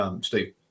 Steve